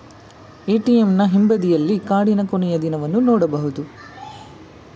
ಎ.ಟಿ.ಎಂನ ಹಿಂಬದಿಯಲ್ಲಿ ಕಾರ್ಡಿನ ಕೊನೆಯ ದಿನವನ್ನು ನೊಡಬಹುದು